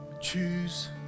Choose